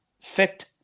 fit